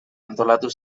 antolatu